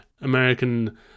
American